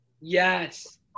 Yes